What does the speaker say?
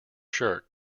shirt